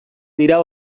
dira